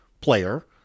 player